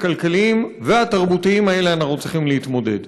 הכלכליים והתרבותיים האלה אנחנו צריכים להתמודד.